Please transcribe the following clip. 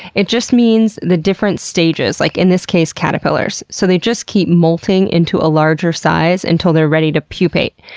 it just means the different stages, like in this case, caterpillars. so they just keep molting into a larger size until they're ready to pupate.